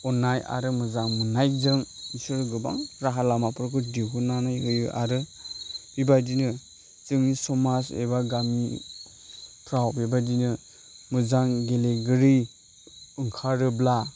अन्नाय आरो मोजां मोन्नायजों बिसोर गोबां राहा लामाफोरखौ दिहुन्नानै होयो आरो बेबादिनो जोंनि समाज एबा गामिफ्राव बेबादिनो मोजां गेलेगिरि ओंखारोब्ला